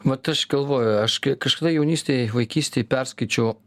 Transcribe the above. vat aš galvoju aš gi kažkada jaunystėj vaikystėj perskaičiau